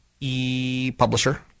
ePublisher